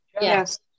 Yes